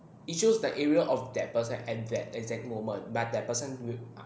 it shows that area of that person at that exact moment like that person will